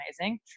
amazing